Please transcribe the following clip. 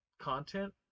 content